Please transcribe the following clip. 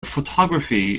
photography